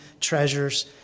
treasures